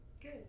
Good